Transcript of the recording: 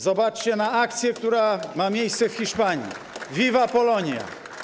Zobaczcie akcję, która ma miejsce w Hiszpanii: Viva Polonia.